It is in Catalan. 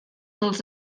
dels